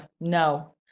no